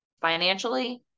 financially